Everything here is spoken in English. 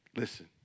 Listen